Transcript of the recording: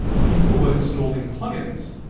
people were installing plugins,